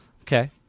Okay